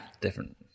different